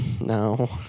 No